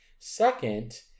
Second